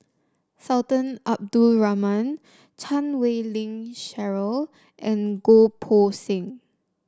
Sultan Abdul Rahman Chan Wei Ling Cheryl and Goh Poh Seng